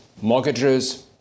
mortgages